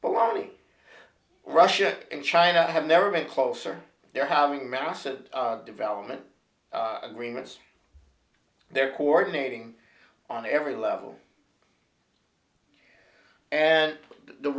but lonny russia and china have never been closer they're having massive development agreements they're coordinating on every level and the